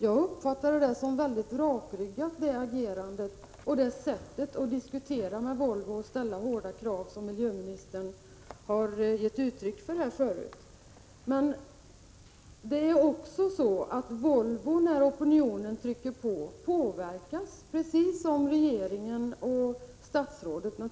Jag uppfattade det sätt att diskutera med Volvo och ställa hårda krav som miljöministern har gett uttryck för här förut som ett 41 mycket rakryggat agerande. När opinionen trycker på påverkas Volvo — precis som regeringen och statsrådet.